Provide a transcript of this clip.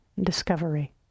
discovery